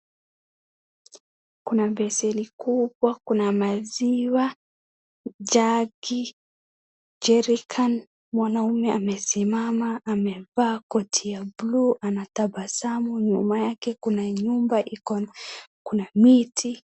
Kuna besheni kubwa, kuna maziwa, jagi, jerry can mwanaume amesimama amevaa koti ya blue anatabasamu, nyuma yake kuna nyumba iko na kuna miti.